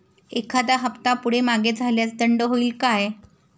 एखादा हफ्ता पुढे मागे झाल्यास दंड होईल काय?